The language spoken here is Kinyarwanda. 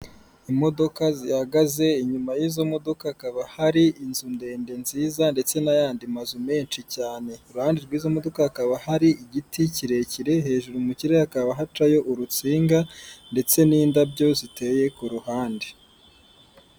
Imodoka zihagaze, inyuma y'izo modoka hakaba hari inzu ndende nziza ndetse n'ayandi mazu menshi cyane. Iruhande rw'izo modoka hakaba hari igiti kirekire, hejuru mu kirere hakaba hacayo urutsinga ndetse n'indabyo ziteye ku ruhande.